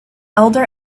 elder